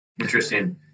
Interesting